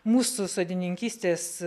mūsų sodininkystės